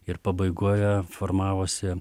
ir pabaigoje formavosi